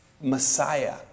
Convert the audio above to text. Messiah